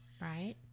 Right